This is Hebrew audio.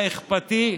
היה אכפתי.